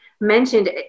mentioned